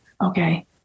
Okay